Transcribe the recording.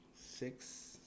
six